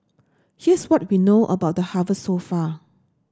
here's what we know about the harvest so far